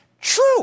True